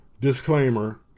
Disclaimer